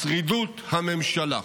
שרידות הממשלה.